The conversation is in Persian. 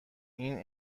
این